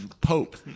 Pope